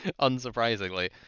Unsurprisingly